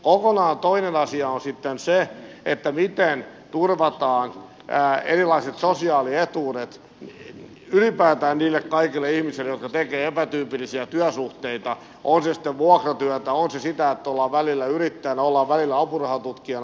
kokonaan toinen asia on sitten se miten turvataan erilaiset sosiaalietuudet ylipäätään kaikille niille ihmisille jotka tekevät epätyypillisiä työsuhteita on se sitten vuokratyötä tai sitä että ollaan välillä yrittäjänä välillä apurahatutkijana